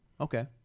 okay